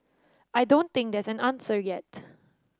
I don't think there's an answer yet